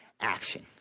action